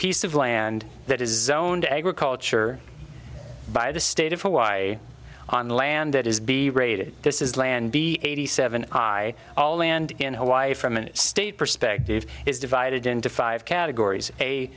piece of land that is known to agriculture by the state of hawaii on land that is be rated this is land b eighty seven i all land in hawaii from a state perspective is divided into five categories a